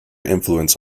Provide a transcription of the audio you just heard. influence